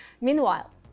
Meanwhile